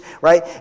right